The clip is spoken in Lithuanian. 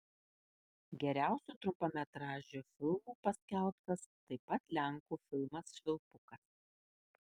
geriausiu trumpametražiu filmu paskelbtas taip pat lenkų filmas švilpukas